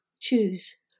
choose